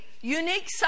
unique